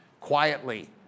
Quietly